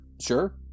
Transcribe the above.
Sure